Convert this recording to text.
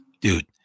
dude